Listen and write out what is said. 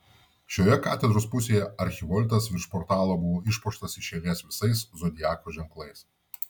šioje katedros pusėje archivoltas virš portalo buvo išpuoštas iš eilės visais zodiako ženklais